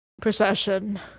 procession